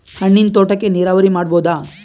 ಹಣ್ಣಿನ್ ತೋಟಕ್ಕ ನೀರಾವರಿ ಮಾಡಬೋದ?